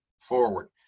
forward